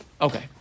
okay